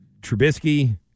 Trubisky